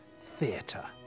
theatre